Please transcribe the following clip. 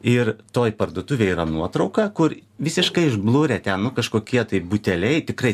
ir toj parduotuvėje yra nuotrauka kur visiškai išblurę ten nu kažkokie tai buteliai tikrai